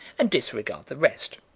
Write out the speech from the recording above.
and disregard the rest.